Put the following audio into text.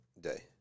day